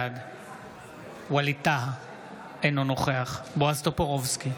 בעד ווליד טאהא, אינו נוכח בועז טופורובסקי,